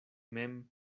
mem